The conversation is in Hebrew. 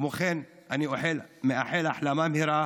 כמו כן אני מאחל החלמה מהירה